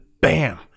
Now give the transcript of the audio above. bam